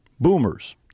boomers